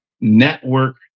network